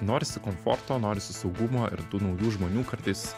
norisi komforto norisi saugumo ir tų naujų žmonių kartais